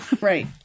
right